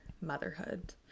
motherhood